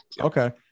Okay